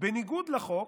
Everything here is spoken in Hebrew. בניגוד לחוק,